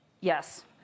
Yes